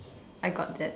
I got that